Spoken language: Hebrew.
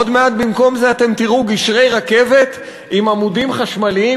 עוד מעט במקום זה אתם תראו גשרי רכבת עם עמודים חשמליים,